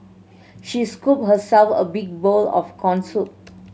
she scooped herself a big bowl of corn soup